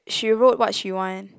she wrote what she want